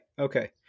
Okay